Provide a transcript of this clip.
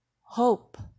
hope